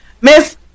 Miss